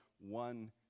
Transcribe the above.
one